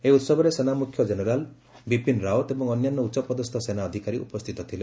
ଏହି ଉତ୍ସବରେ ସେନା ମୁଖ୍ୟ ଜେନେରାଲ୍ ବିପିନ୍ ରାଓ୍ୱତ୍ ଏବଂ ଅନ୍ୟାନ୍ୟ ଉଚ୍ଚପଦସ୍ଥ ସେନା ଅଧିକାରୀ ଉପସ୍ଥିତ ଥିଲେ